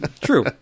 True